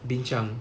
bincang